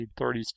1930s